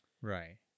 Right